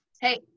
Hey